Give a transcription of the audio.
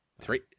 Three